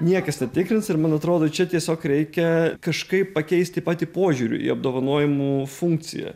niekas netikrins ir man atrodo čia tiesiog reikia kažkaip pakeisti patį požiūrį į apdovanojimų funkciją